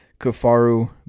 kafaru